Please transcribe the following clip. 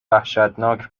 وحشتناک